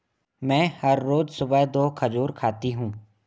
मैं हर रोज सुबह दो खजूर खाती हूँ